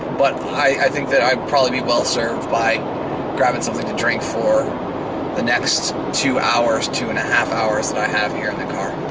but i think that i'd probably be well served by grabbing something to drink for the next two hours, two and a half hours that i have here in the car.